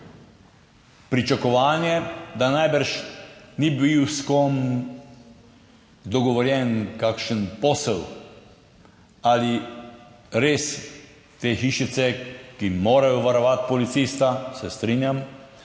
pričakovanje, da najbrž ni bil s kom dogovorjen kakšen posel. Ali res te hišice, ki morajo varovati policista, se strinjam,